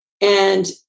and-